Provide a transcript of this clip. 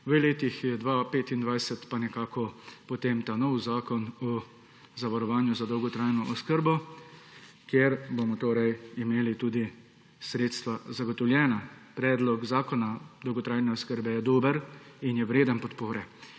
V letih 2025 pa nekako potem nov zakon o zavarovanju za dolgotrajno oskrbo, ker boom torej imeli tudi sredstva zagotovljena. Predlog zakona o dolgotrajni oskrbi je dober in je vreden podpore.